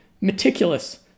meticulous